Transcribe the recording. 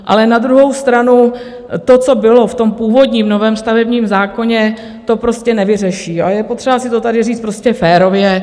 Ale na druhou stranu to, co bylo v původním novém stavebním zákoně, to prostě nevyřeší, a je potřeba si to tady říct prostě férově.